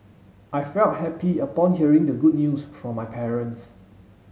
I felt happy upon hearing the good news from my parents